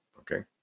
Okay